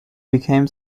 became